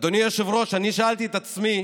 אדוני היושב-ראש, אני שאלתי את עצמי